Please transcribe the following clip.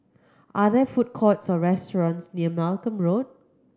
are there food courts or restaurants near Malcolm Road